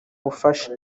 bufasha